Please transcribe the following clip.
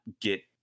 get